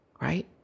right